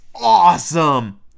awesome